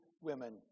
women